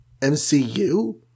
MCU